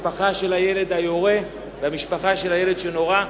המשפחה של הילד היורה והמשפחה של הילד שנורה.